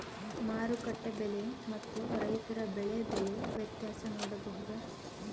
ಮಾರುಕಟ್ಟೆ ಬೆಲೆ ಮತ್ತು ರೈತರ ಬೆಳೆ ಬೆಲೆ ವ್ಯತ್ಯಾಸ ನೋಡಬಹುದಾ?